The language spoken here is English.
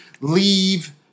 leave